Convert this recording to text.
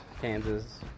Kansas